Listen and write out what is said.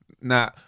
nah